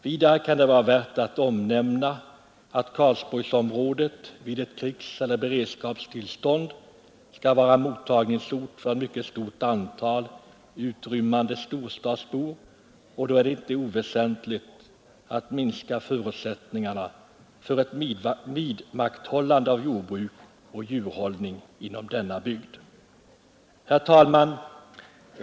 Vidare kan det vara värt att omnämna att Karlsborgsområdet vid ett krigseller beredskapstillstånd skall vara mottagningsort för ett mycket stort antal utrymmande storstadsbor. Då är det inte oväsentligt om man minskar förutsättningarna för ett vidmakthållande av jordbruk och djurhållning inom denna bygd. Herr talman!